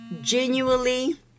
genuinely